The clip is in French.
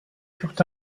furent